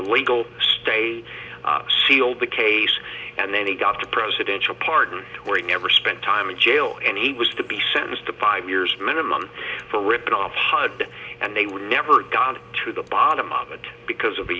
illegal stay sealed the case and then he got a presidential pardon where he never spent time in jail and he was to be sentenced to five years minimum for ripping up hard and they would never got to the bottom of it because of